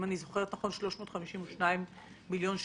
אם אני זוכרת נכון, 352 מיליון שקלים.